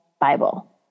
Bible